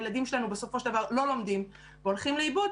הילדים שלנו בסופו של דבר לא לומדים והולכים לאיבוד,